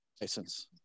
license